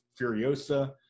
Furiosa